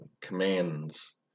commands